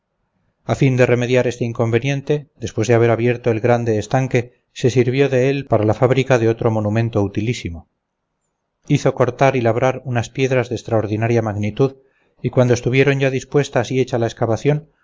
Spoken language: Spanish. a fin de remediar este inconveniente después de haber abierto el grande estanque se sirvió de él para la fábrica de otro monumento utilísimo hizo cortar y labrar unas piedras de extraordinaria magnitud y cuando estuvieron ya dispuestas y hecha la excavación